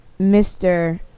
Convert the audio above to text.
Mr